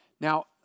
Now